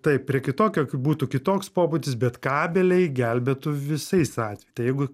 taip prie kitokio kaip būtų kitoks pobūdis bet kabeliai gelbėtų visais atve tai jeigu